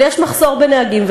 אבל יש מחסור בנהגים,